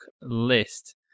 list